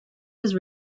his